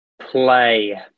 play